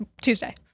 Tuesday